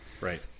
Right